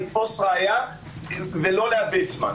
לתפוס ראיה ולא לאבד זמן.